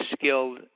skilled